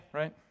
right